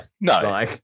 No